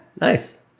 nice